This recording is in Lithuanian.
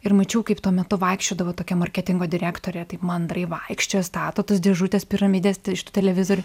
ir mačiau kaip tuo metu vaikščiodavo tokia marketingo direktorė taip mandrai vaikščio stato tas dėžutes piramides iš tų televizorių